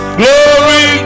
glory